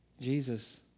Jesus